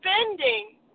spending